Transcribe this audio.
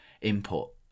input